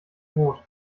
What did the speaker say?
rot